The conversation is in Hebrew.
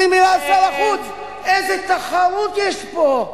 אומרים מלה על שר החוץ, איזה תחרות יש פה.